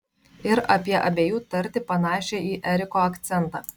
ir apie abiejų tartį panašią į eriko akcentą